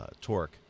torque